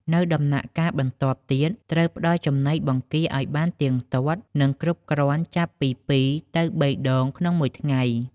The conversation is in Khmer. នៅដំណាក់កាលបន្ទាប់ទៀត ត្រូវផ្តល់ចំណីបង្គាឲ្យបានទៀងទាត់ និងគ្រប់គ្រាន់ចាប់ពី២ ទៅ ៣ ដងក្នុងមួយថ្ងៃ។